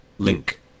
Link